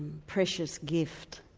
precious gift.